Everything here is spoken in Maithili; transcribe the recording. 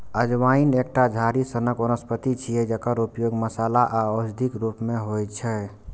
अजवाइन एकटा झाड़ी सनक वनस्पति छियै, जकर उपयोग मसाला आ औषधिक रूप मे होइ छै